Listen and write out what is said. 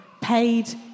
paid